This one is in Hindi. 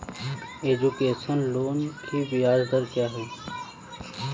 एजुकेशन लोन की ब्याज दर क्या है?